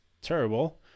terrible